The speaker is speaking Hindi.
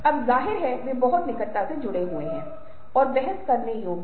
और आप इसे बातचीत और गैर मौखिक संचार से जोड़ पाएंगे जब आप उस के विवरण में जाएंगे